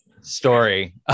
story